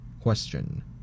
Question